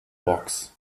box